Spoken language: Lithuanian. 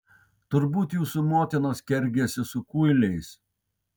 turbūt jūsų motinos kergėsi su kuiliais